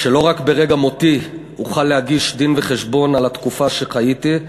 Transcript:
שלא רק ברגע מותי אוכל להגיש דין-וחשבון על התקופה שחייתי,